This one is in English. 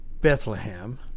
Bethlehem